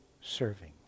serving